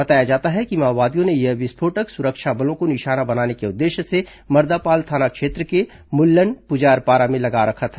बताया जाता है कि माओवादियों ने यह विस्फोटक सुरक्षा बलों को निशाना बनाने के उद्देश्य से मर्दापाल थाना क्षेत्र के मुल्लन पुजारपारा में लगा रखा था